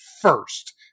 first